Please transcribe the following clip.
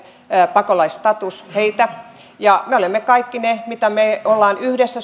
pakolaisstatus ja me olemme kaikki ne mitä me olemme yhdessä